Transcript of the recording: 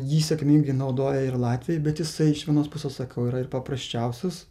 jį sėkmingai naudoja ir latviai bet jisai iš vienos pusės sakau yra ir paprasčiausias